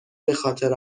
بخاطر